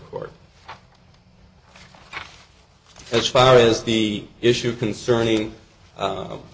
court as far as the issue concerning